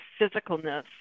physicalness